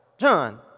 John